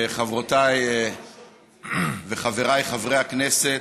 חברותיי וחבריי חברי הכנסת,